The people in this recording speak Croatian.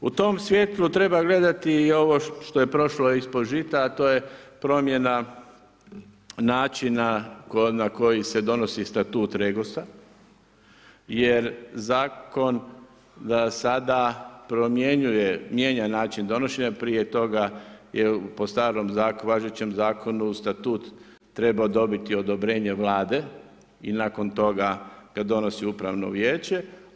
U tom svjetlu treba gledati i ovo što je prošlo „ispod žita“ a to je promjena načina na koji se donosi statut REGOS-a jer zakon za sada promjenjuje, mijenja način donošenja prije toga je po starom važećem zakonu statut trebao dobiti odobrenje Vlade i nakon toga ga donosi upravno vijeće.